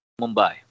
Mumbai